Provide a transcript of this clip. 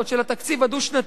של התקציב הדו-שנתי,